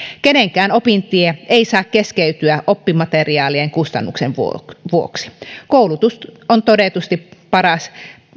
kenenkään opintie ei saa keskeytyä oppimateriaalien kustannusten vuoksi vuoksi koulutus on todetusti paras